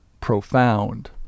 profound